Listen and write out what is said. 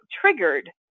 triggered